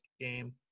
game